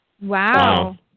Wow